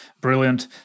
Brilliant